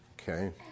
Okay